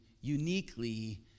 uniquely